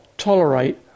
tolerate